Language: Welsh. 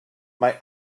mae